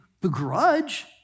begrudge